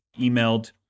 emailed